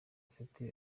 afite